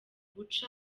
gushya